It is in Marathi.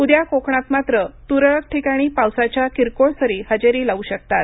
उद्या कोकणात मात्र त्रळक ठिकाणी पावसाच्या किरकोळ सरी हजेरी लावू शकतात